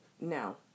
No